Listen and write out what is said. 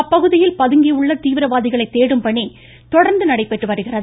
அப்பகுதியில் பதுங்கியுள்ள தீவிரவாதிகளை தேடும் பணி தொடர்ந்து நடைபெற்று வருகிறது